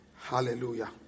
Hallelujah